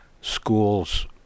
schools